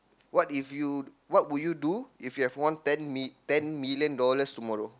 what if you what would you do if you have won ten mi~ ten million dollars tomorrow